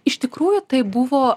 iš tikrųjų tai buvo